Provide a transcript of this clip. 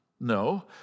No